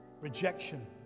rejection